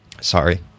Sorry